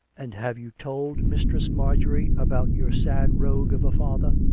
and have you told mistress marjorie about your sad rogue of a father?